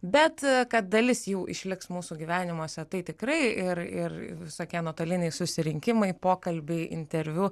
bet kad dalis jų išliks mūsų gyvenimuose tai tikrai ir ir visokie nuotoliniai susirinkimai pokalbiai interviu